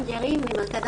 המחקר